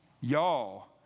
y'all